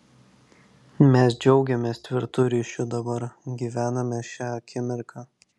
mes džiaugiamės tvirtu ryšiu dabar gyvename šia akimirka